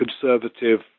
conservative